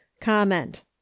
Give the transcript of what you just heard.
Comment